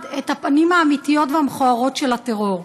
את הפנים האמיתיות והמכוערות של הטרור,